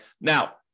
Now